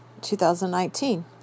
2019